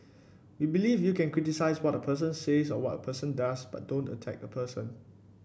we believe you can criticise what a person says or what a person does but don't attack a person